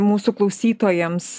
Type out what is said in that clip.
mūsų klausytojams